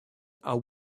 are